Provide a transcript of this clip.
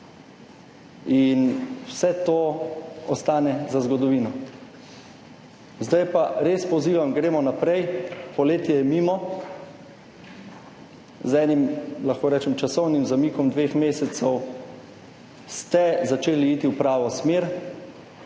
in vse to ostane za zgodovino. Zdaj pa res pozivam, gremo naprej, poletje je mimo. Z enim, lahko rečem, časovnim zamikom dveh mesecev ste začeli iti v pravo smer,